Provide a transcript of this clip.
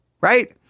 right